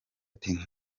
ati